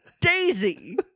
Daisy